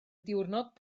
diwrnod